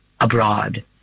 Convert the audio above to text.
abroad